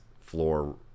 floor